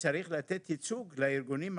לכן, צריך לתת ייצוג לארגונים הגדולים,